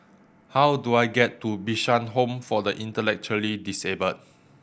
how do I get to Bishan Home for the Intellectually Disabled